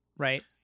Right